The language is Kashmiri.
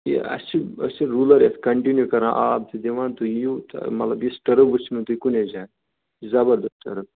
ہے اَسہِ چھِ أسۍ چھِ روٗلَر ییٚتہِ کَنٹِنیوٗ کران آب تہِ دِوان تُہۍ یِیو تہٕ مَطلب یِژھ ٹٕرٕپ وُچھِو نہٕ تُہۍ کُنَے جایہِ زبردَس ٹٕرٕپ